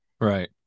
Right